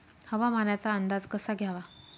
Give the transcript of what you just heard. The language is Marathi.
हवामानाचा अंदाज कसा घ्यावा?